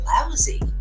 lousy